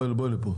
בואי לפה.